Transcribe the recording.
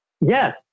yes